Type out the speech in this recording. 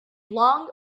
long